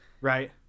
right